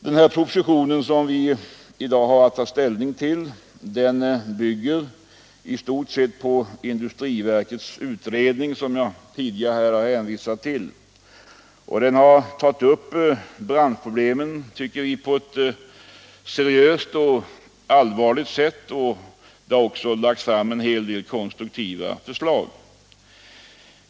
Den proposition som vi i dag har att ta ställning till bygger i stort sett på industriverkets utredning, som jag tidigare hävisat till. Vi tycker att den har tagit upp branschproblemen på ett seriöst sätt, och en hel del konstruktiva förslag har också lagts fram.